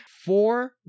four